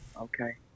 Okay